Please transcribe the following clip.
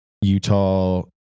Utah